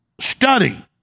study